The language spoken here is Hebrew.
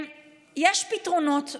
יש פתרונות,